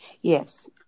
Yes